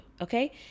okay